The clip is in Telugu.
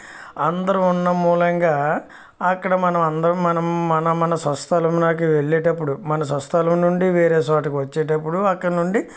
అందరు ఉండడం మూలంగా అక్కడ మనం అందరము మనం మన మన స్వస్థలమునకు వెళ్ళేటప్పుడు మన స్వస్థలం నుండి వేరే చోటికి వచ్చేటప్పుడు అక్కడ నుండి